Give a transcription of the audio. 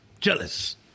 Jealous